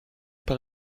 par